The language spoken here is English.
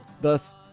Thus